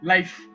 Life